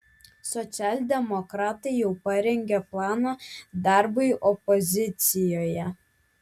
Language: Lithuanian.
socialdemokratai jau parengė planą darbui opozicijoje